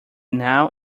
now